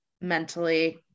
mentally